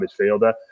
midfielder